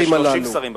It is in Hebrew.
טוב, יש 30 שרים בממשלה.